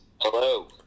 Hello